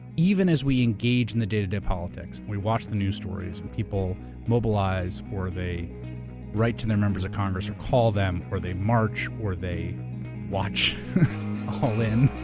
even as we engage in the day to day politics, we watch the news stories and people mobilize or they write to their members of congress or call them or they march or they watch all in